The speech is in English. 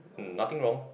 nothing wrong